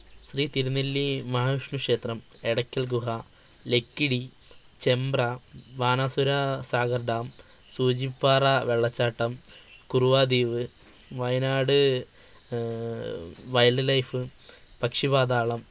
ശ്രീ തിരുനെല്ലി മഹാവിഷ്ണു ക്ഷേത്രം എടക്കൽ ഗുഹ ലക്കിടി ചെംമ്പ്ര ബാണാസുര സാഗർ ഡാം സൂചിപ്പാറ വെള്ളച്ചാട്ടം കുറുവാദ്വീപ് വയനാട് വൈൽഡ് ലൈഫ് പക്ഷിപാതാളം